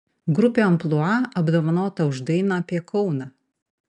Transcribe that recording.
grupė amplua apdovanota už dainą apie kauną